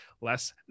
less